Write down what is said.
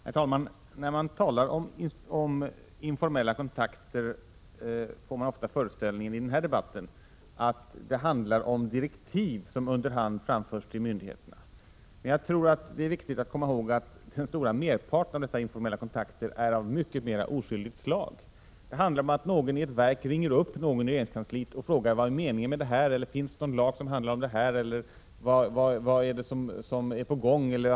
Herr talman! När det talas om informella kontakter, får man ofta föreställningen i den här debatten att det handlar om direktiv som under hand framförs till myndigheterna. Jag tror att det är viktigt att komma ihåg att den stora merparten av dessa kontakter är av mycket mera oskyldigt slag. I allmänhet rör det sig om att någon i ett verk ringer upp någon i regeringskansliet och frågar exempelvis: Vad är meningen? Finns det någon lag som handlar om det här? Vad är det som är på gång?